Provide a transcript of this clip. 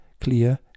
clear